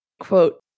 quote